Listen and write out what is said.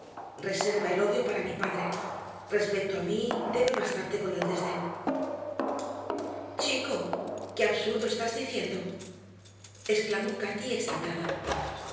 reserva el odio para mi padre respecto a mí debe bastarte con el desdén chico qué absurdo estás diciendo exclamó cati excitada